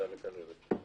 המעבדה לכלבת.